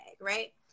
right